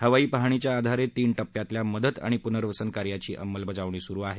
हवाई पाहणीच्या आधारे तीन टप्प्यातल्या मदत आणि पुनर्वसन कार्यांची अंमलबजावणी सुरु आहे